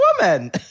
woman